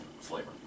flavor